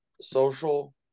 social